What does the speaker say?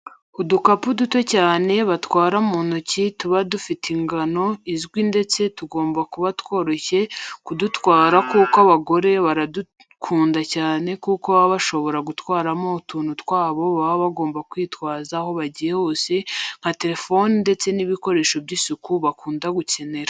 Udukapu duto cyane batwara mu ntoki tuba dufite ingano izwi ndetse tugomba kuba tworoshye kudutwara kuko abagore baradukunda cyane kuko baba bashobora gutwaramo utuntu twabo baba bagomba kwitwaza aho bagiyr hose nka terefone ndetse n'ibikoresho by'isuku bakunda gukenera.